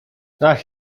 ach